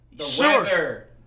sure